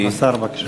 כבוד השר, בבקשה.